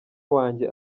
wanjye